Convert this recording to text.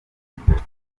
bujumbura